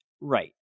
Right